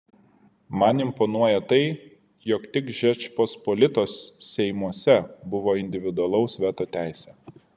man imponuoja tai jog tik žečpospolitos seimuose buvo individualaus veto teisė